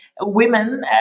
women